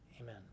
Amen